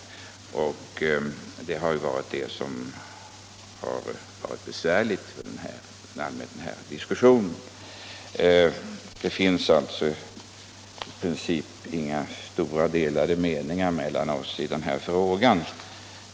Det är just detta som har varit besvärligt och som har föranlett den här diskussionen. I princip finns det alltså inga delade meningar mellan oss i den här frågan.